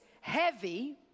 heavy